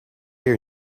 your